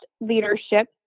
leadership